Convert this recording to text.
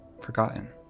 forgotten